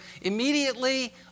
immediately